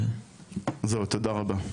זהו, תודה רבה.